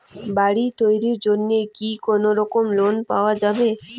বাড়ি তৈরির জন্যে কি কোনোরকম লোন পাওয়া যাবে?